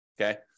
okay